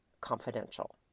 confidential